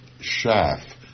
shaft